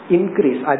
Increase